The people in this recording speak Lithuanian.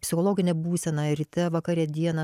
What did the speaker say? psichologinė būsena ir ryte vakare dieną